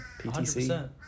PTC